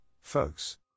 Folks